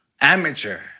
amateur